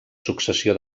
successió